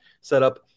setup